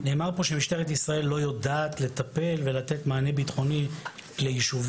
נאמר פה שמשטרת ישראל לא יודעת לטפל ולתת מענה ביטחוני ליישובים.